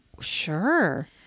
sure